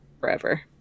Forever